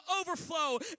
overflow